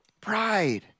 Pride